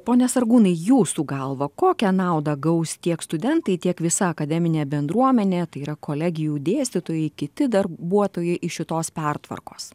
pone sargūnai jūsų galva kokią naudą gaus tiek studentai tiek visa akademinė bendruomenė tai yra kolegijų dėstytojai kiti darbuotojai iš šitos pertvarkos